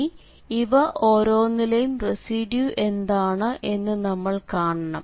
ഇനി ഇവ ഓരോന്നിലെയും റെസിഡ്യൂ എന്താണ് എന്ന് നമ്മൾ കാണണം